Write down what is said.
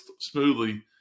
smoothly